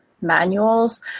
manuals